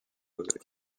opposée